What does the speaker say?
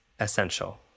essential